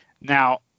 Now